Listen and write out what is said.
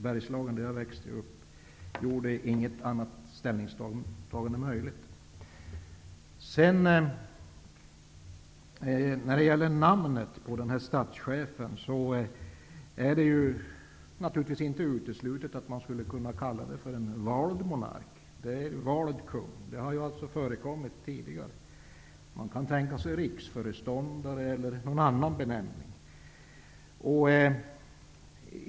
Bergslagen, där jag växte upp, gjorde inget annat ställningstagande möjligt. När det gäller benämningen på statschefen är det naturligtvis inte uteslutet att den skulle kunna vara vald monark, vald kung. Det har förekommit tidigare. Man kan tänka sig riksföreståndare eller någon annan benämning.